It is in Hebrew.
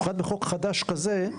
במיוחד בחוק חדש כזה,